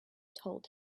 told